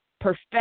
perfect